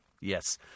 yes